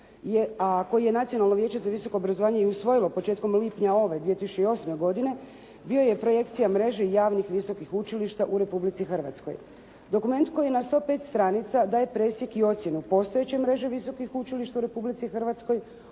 a koji je Nacionalno vijeće za visoko obrazovanje i usvojilo početkom lipnja ove 2008. godine, bio je projekcija mreže i javnih visokih učilišta u Republici Hrvatskoj. Dokument koji ima 105 stranica daje presjek i ocjenu postojeće mreže visokih učilišta u Republici Hrvatskoj,